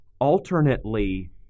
alternately